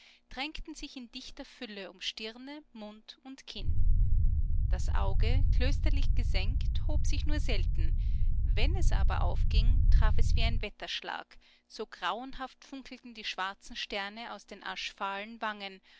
drängten sich in dichter fülle um stirne mund und kinn das auge klösterlich gesenkt hob sich nur selten wenn es aber aufging traf es wie ein wetterschlag so grauenhaft funkelten die schwarzen sterne aus den aschfahlen wangen